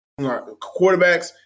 quarterbacks